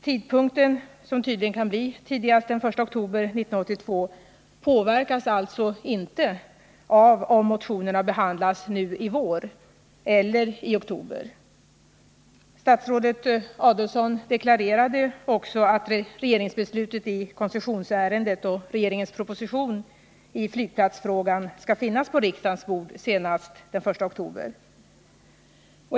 Tidpunkten, som tydligen kan bli tidigast den I oktober 1982, påverkas alltså inte av om motionerna behandlas nu i vår eller i oktober. Statsrådet Adelsohn deklarerade också att regeringsbeslutet i koncessionsnämndsärendet och regeringens proposition i flygplatsfrågan skall finnas på riksdagens bord senast den 1 oktober.